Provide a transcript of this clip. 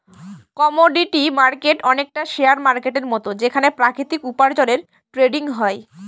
commodity market অনেকটা share মার্কেটের মতন যেখানে প্রাকৃতিক উপার্জনের ট্রেডিং হয়